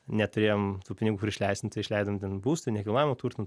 neturėjom pinigų kur išleist nu tai išleidom ten būstui nekilnojamam turtui